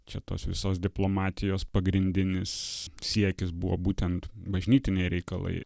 čia tos visos diplomatijos pagrindinis siekis buvo būtent bažnytiniai reikalai